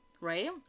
right